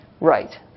right